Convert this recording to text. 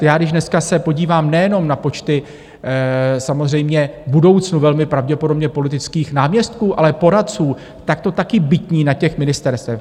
Já když dneska se podívám nejenom na počty samozřejmě v budoucnu velmi pravděpodobně politických náměstků, ale poradců, tak to taky bytní na těch ministerstvech.